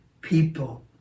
people